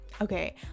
okay